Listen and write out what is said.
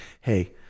Hey